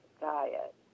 diet